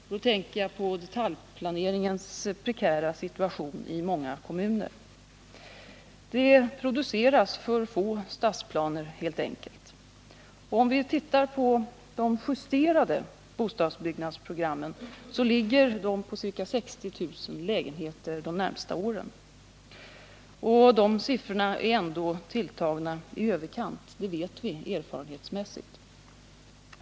Jag tänker då på detaljplaneringens prekära situation i många kommuner. Det produceras helt enkelt för få stadsplaner. De justerade bostadsbyggnadsprogrammen ligger på ca 60 000 lägenheter de närmaste åren. De siffrorna är ändå tilltagna i överkant — det vet vi erfarenhetsmässigt.